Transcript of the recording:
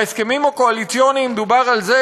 בהסכמים הקואליציוניים דובר על זה